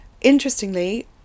interestingly